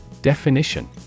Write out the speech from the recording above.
Definition